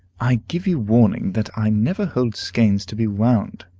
i give you warning that i never hold skeins to be wound,